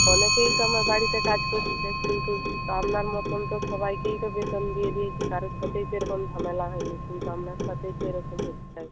অনেকেই তো আমার বাড়িতে কাজ করছে কিন্তু তা আপনার মতন তো সবাইকেই তো বেতন দিয়ে দিয়েছি কারোর সাথেই তো এরকম ঝামেলা হয়নি কিন্তু আপনার সাথেই তো এরকম হচ্ছে